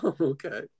Okay